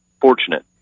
fortunate